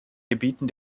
gebieten